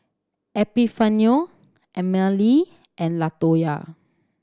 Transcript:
Epifanio Emmalee and Latoya